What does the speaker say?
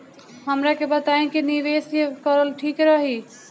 हमरा के बताई की निवेश करल ठीक रही?